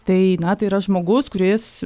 tai na tai yra žmogus kuris